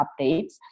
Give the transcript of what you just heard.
updates